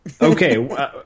Okay